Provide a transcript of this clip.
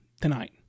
tonight